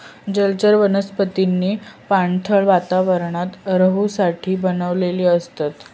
जलचर वनस्पतींनी पाणथळ वातावरणात रहूसाठी बनलेली असतत